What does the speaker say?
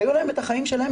היו להם את החיים שלהם,